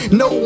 no